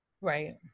Right